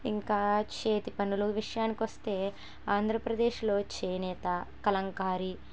ఇంకా చేతి పనులు విషయానికి వస్తే ఆంధ్రప్రదేశ్లో చేనేత కలంకారి